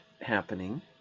happening